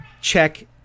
check